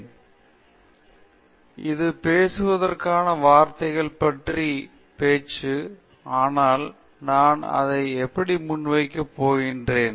எனவே இது பேசுவதற்கான வார்த்தைகள் பற்றிய பேச்சு இது அதனால் நான் அதை எப்படி முன்வைக்க போகிறேன்